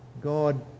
God